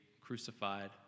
crucified